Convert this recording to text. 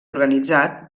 organitzat